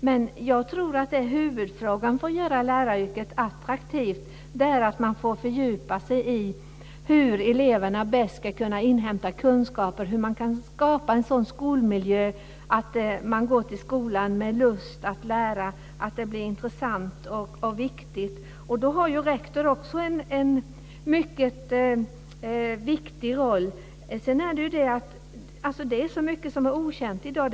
Men jag tror att huvudfrågan för att göra läraryrket attraktivt är att man får fördjupa sig i hur eleverna bäst ska kunna inhämta kunskaper, hur man kan skapa en sådan skolmiljö att eleverna går till skolan med lust att lära, att det blir intressant och viktigt. Då har rektor också en mycket viktig roll. Det är så mycket som är okänt i dag.